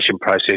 process